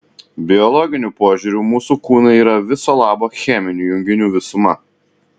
biologiniu požiūriu mūsų kūnai yra viso labo cheminių junginių visuma